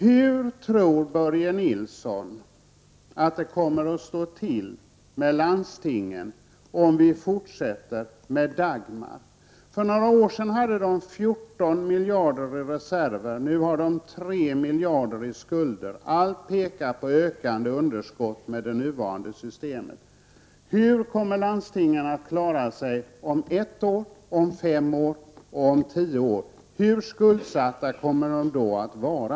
Hur tror Börje Nilsson att det kommer att stå till med landstingen om vi fortsätter med Dagmar? För några år sedan hade de 14 miljarder i reserver. Nu har de 3 miljarder i skulder. Allt pekar på ökande underskott med det nuvarande systemet. Hur kommer landstingen att klara sig om ett år, om fem år, om tio år? Hur skuldsatta kommer de då att vara?